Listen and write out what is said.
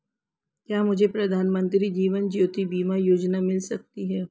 क्या मुझे प्रधानमंत्री जीवन ज्योति बीमा योजना मिल सकती है?